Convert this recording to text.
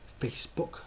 Facebook